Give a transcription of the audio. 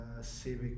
civic